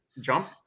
jump